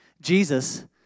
Jesus